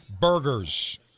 Burgers